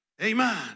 Amen